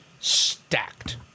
stacked